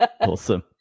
awesome